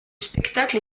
spectacle